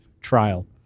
trial